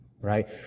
Right